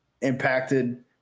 impacted